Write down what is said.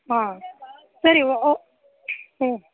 ಹಾಂ ಸರಿ ಹ್ಞೂ